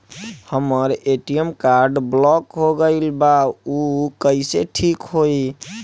हमर ATM card block हो गईल बा ऊ कईसे ठिक होई?